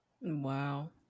wow